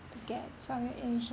to get from your insurance